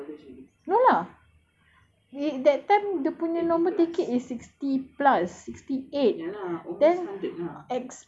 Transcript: it that time dia punya normal ticket is sixty plus sixty eight then express you tambah ten dollars jer seh